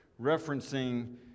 referencing